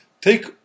take